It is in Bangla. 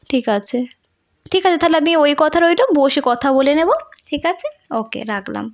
ঠিক আছে ঠিক আছে তাহলে আমি ওই কথা রইলো বসে কথা বলে নেবো ঠিক আছে ওকে রাখলাম